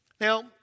Now